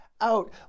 out